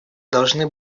должны